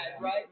right